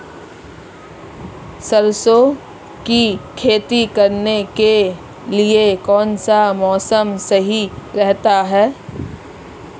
सरसों की खेती करने के लिए कौनसा मौसम सही रहता है?